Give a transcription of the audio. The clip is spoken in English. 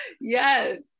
yes